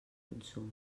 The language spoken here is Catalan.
consum